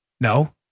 No